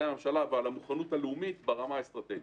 הממשלה ועל המוכנות הלאומית ברמה האסטרטגית.